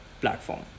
platform